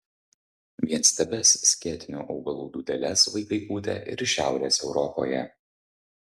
vienstiebes skėtinių augalų dūdeles vaikai pūtė ir šiaurės europoje